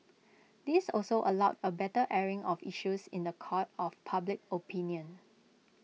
this also allowed A better airing of issues in The Court of public opinion